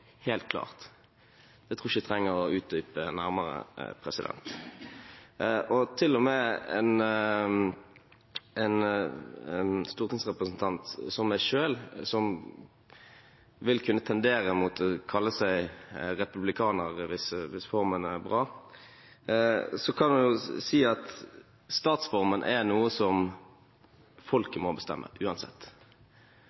helt klart. Jeg tror ikke jeg trenger å utdype det noe nærmere. Til og med en stortingsrepresentant som meg selv, som vil kunne tendere mot å kalle seg republikaner, hvis formen er bra, kan si at statsformen er noe som